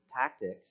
tactics